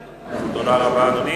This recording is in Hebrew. חברים,